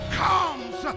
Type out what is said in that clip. comes